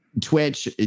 twitch